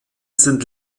sind